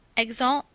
exeunt.